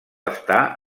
està